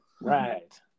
right